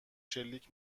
شلیک